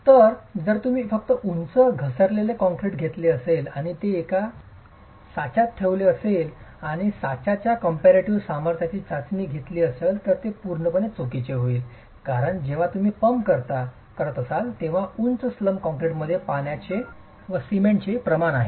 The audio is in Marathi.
तर जर तुम्ही फक्त उंच घसरलेले कंक्रीट घेतले असेल आणि ते एका साच्यात ठेवले असेल आणि साच्याच्या कॉम्पॅरिटी सामर्थ्याची चाचणी घेतली असेल तर ते पूर्णपणे चुकीचे होईल कारण जेव्हा तुम्ही पंप करत असाल तेव्हा उंच स्लम कॉंक्रिटमध्ये पाण्याचे सिमेंट प्रमाण आहे